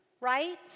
Right